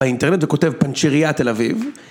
באינטרנט וכותב פנצ'יריה תל אביב.